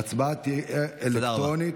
ההצבעה תהיה אלקטרונית.